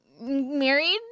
married